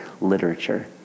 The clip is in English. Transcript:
literature